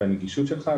והנגישות שלך,